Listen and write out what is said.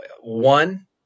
one